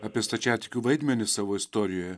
apie stačiatikių vaidmenį savo istorijoje